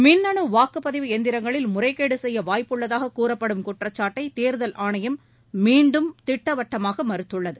மின்னணு வாக்குப்பதிவு எந்திரங்களில் முறைகேடு செய்ய வாய்ப்புள்ளதாக கூறப்படும் குற்றச்சாட்டை தேர்தல் ஆணையம் மீண்டும் திட்டவட்டமாக மறுத்துள்ளது